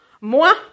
moi